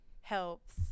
helps